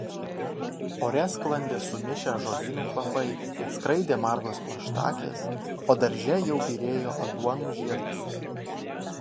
ore sklandė sumišę žolynų kvapai skraidė margos plaštakės o darže jau byrėjo aguonų žiedlapiai